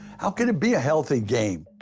how can it be a healthy game?